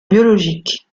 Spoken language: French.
biologique